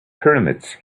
pyramids